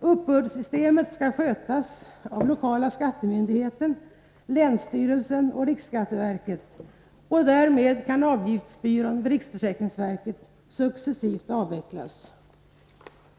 Uppbördssystemet skall skötas av de lokala skattemyndigheterna, av länsstyrelserna och av riksskatteverket, och därmed kan riksförsäkringsverkets avgiftsbyrå successivt avvecklas.